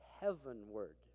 Heavenward